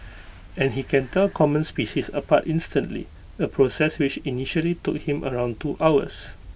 and he can tell common species apart instantly A process which initially took him around two hours